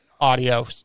audio